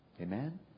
Amen